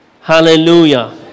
Hallelujah